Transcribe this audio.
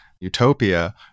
utopia